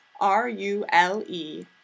R-U-L-E